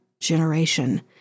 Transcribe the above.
generation